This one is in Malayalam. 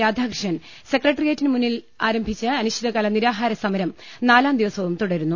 രാധാ കൃഷ്ണൻ സെക്രട്ടേറിയറ്റിന് മുമ്പിൽ ആരംഭിച്ച അനിശ്ചിതകാല നി രാഹാരസമരം നാലാം ദിവസവും തുടരുന്നു